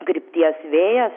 krypties vėjas